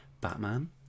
Batman